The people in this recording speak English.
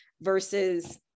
versus